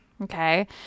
Okay